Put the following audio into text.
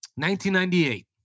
1998